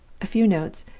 a few notes,